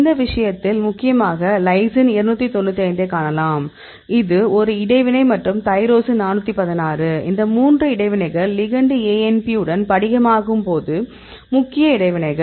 இந்த விஷயத்தில் முக்கியமாக லைசின் 295 ஐக் காணலாம் இது ஒரு இடைவினை மற்றும் டைரோசின் 416 இந்த மூன்று இடைவினைகள் லிகெண்டு ANP உடன் படிகமாக்கும்போது முக்கிய இடைவினைகள்